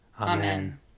Amen